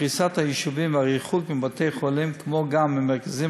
פריסת היישובים והריחוק מבתי-חולים כמו גם ממרכזים